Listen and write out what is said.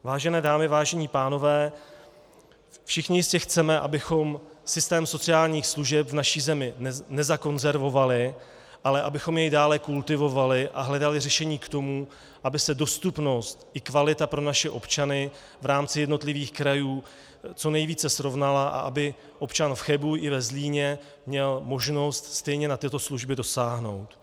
Vážené dámy, vážení pánové, všichni jistě chceme, abychom systém sociálních služeb v naší zemi nezakonzervovali, ale abychom jej dále kultivovali a hledali řešení k tomu, aby se dostupnost i kvalita pro naše občany v rámci jednotlivých krajů co nejvíce srovnala a aby občan v Chebu i ve Zlíně měl možnost stejně na tyto služby dosáhnout.